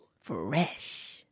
Fresh